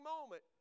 moment